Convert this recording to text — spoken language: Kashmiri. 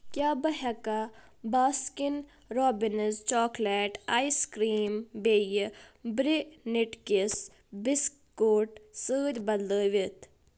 کیٛاہ بہٕ ہیٚکا Baskin Robbins chocolate ice cream بییٚہِ برنِٹ کِس بِسکوٗٹ سۭتۍ بدلٲوَتھ؟